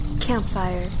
campfire